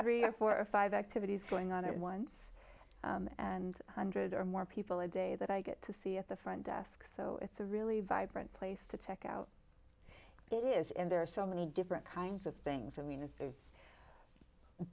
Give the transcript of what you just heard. every four or five activities going on at once and hundred or more people a day that i get to see at the front desk so it's a really vibrant place to check out it is and there are so many different kinds of things i mean there's